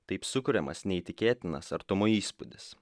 taip sukuriamas neįtikėtinas artumo įspūdis